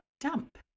dump